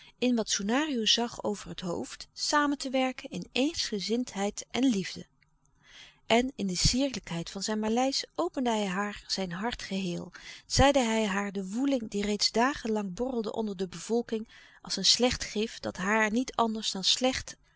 in wat soenario zag over het hoofd samen te werken in eensgezindheid en liefde en in de sierlijkheid van zijn maleisch opende hij haar zijn hart geheel zeide hij haar de woeling louis couperus de stille kracht die reeds dagen lang borrelde onder de bevolking als een slecht gif dat haar niet anders dan slecht